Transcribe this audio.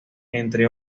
entre